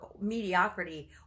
mediocrity